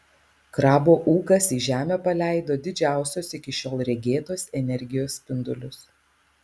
krabo ūkas į žemę paleido didžiausios iki šiol regėtos energijos spindulius